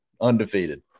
Undefeated